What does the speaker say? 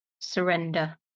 surrender